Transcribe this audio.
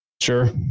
Sure